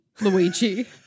Luigi